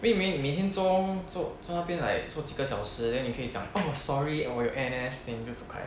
因为你每天做做做那边 like 做几个小时 then 你可以讲 oh sorry 有 N_S then 你就走开